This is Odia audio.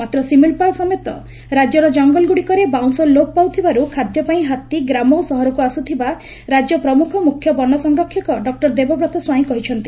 ମାତ୍ର ଶିମିଳିପାଳ ସମେତ ରାଜ୍ୟର ଜଙ୍ଗଲଗୁଡ଼ିକରେ ବାଉଁଶ ଲୋପ ପାଇଥିବାର୍ ଖାଦ୍ୟପାଇଁ ହାତୀ ଗ୍ରାମ ଓ ସହରକୁ ଆସୁଥିବା ରାଜ୍ୟ ପ୍ରମୁଖ ମୁଖ୍ୟ ବନ ସଂରକ୍ଷକ ଡକ୍ଟର ଦେବବ୍ରତ ସ୍ୱାଇଁ କହିଛନ୍ତି